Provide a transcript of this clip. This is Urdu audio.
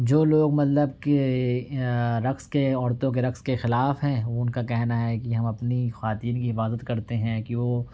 جو لوگ مطلب کہ رقص کے عورتوں کے رقص کے خلاف ہیں ان کا کہنا ہے کہ ہم اپنی خواتین کی حفاظت کرتے ہیں کہ وہ